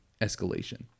escalation